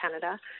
Canada